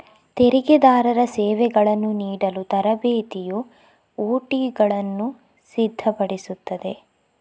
ತೆರಿಗೆದಾರರ ಸೇವೆಗಳನ್ನು ನೀಡಲು ತರಬೇತಿಯು ಒ.ಟಿಗಳನ್ನು ಸಿದ್ಧಪಡಿಸುತ್ತದೆ